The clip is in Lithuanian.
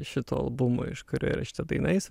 šito albumo iš kurio yra šita daina jis